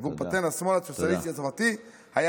עבור פטן השמאל הסוציאליסטי הצרפתי היה